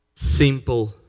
simple